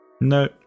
No